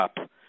up